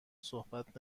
صحبت